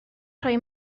rhoi